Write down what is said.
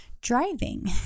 driving